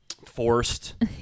Forced